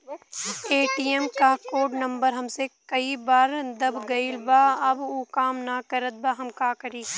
ATM क code number हमसे कई बार दब गईल बा अब उ काम ना करत बा हम का करी?